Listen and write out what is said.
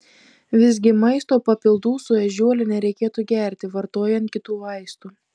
visgi maisto papildų su ežiuole nereikėtų gerti vartojant kitų vaistų